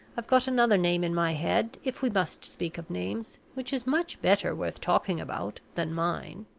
i've got another name in my head, if we must speak of names, which is much better worth talking about than mine.